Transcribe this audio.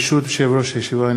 ברשות יושב-ראש הישיבה,